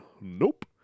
Nope